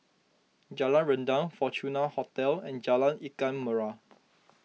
Jalan Rendang Fortuna Hotel and Jalan Ikan Merah